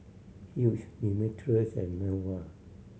Hughes Demetrius and Melva